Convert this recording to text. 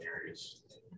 areas